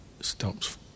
stops